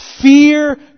Fear